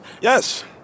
Yes